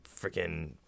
freaking